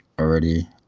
already